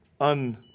un